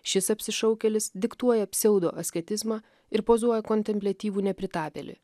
šis apsišaukėlis diktuoja pseudoasketizmą ir pozuoja kontempliatyvų nepritapėlį